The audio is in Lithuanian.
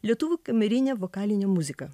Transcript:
lietuvių kamerinė vokalinė muzika